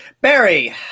Barry